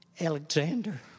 Alexander